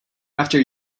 after